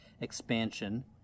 expansion